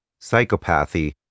psychopathy